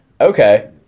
Okay